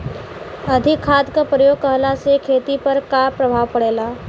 अधिक खाद क प्रयोग कहला से खेती पर का प्रभाव पड़ेला?